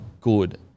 good